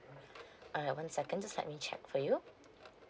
alright one second just let me check for you